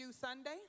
Sunday